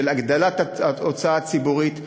של הגדלת ההוצאה הציבורית,